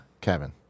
Kevin